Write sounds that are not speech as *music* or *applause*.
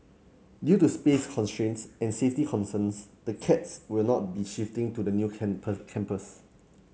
due to space constraints and safety concerns the cats will not be shifting to the new *unintelligible* campus